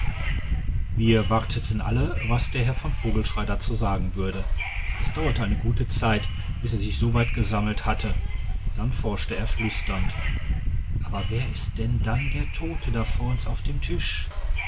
wir warteten alle was der herr von vogelschrey dazu sagen würde es dauerte eine gute zeit bis er sich so weit gesammelt hatte dann forschte er flüsternd aber wer ist denn dann der tote da vor uns auf dem tisch